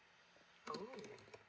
oh